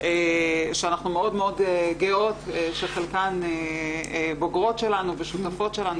שאנחנו מאוד גאות שחלקן בוגרות שלנו ושותפות שלנו